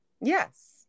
yes